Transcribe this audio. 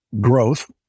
growth